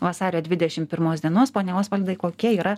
vasario dvidešim pirmos dienos pone osvaldai kokie yra